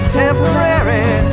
temporary